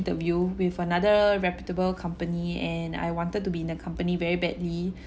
interview with another reputable company and I wanted to be in the company very badly